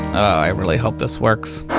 i really hope this works.